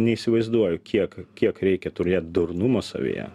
neįsivaizduoju kiek kiek reikia turėti durnumo savyje